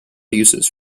uses